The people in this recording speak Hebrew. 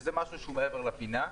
שזה משהו שהוא מעבר לפינה,